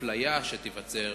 לאפליה שתיווצר